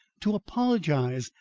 to apologise,